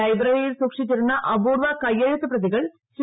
ലൈബ്രറിയിൽ സൂക്ഷിച്ചിരുന്ന അപൂർവ കയ്യെഴുത്ത് പ്രതികൾ ശ്രീ